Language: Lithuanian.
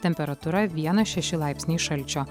temperatūra vienas šeši laipsniai šalčio